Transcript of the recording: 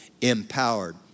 empowered